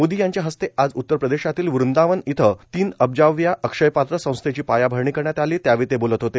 मोदी यांच्या हस्ते आज उत्तर प्रदेशातील वंदावन इथं तीन अब्जाच्या अक्षय पात्र संस्थेची पायाभरणी करण्यात आली त्यावेळी ते बोलत होते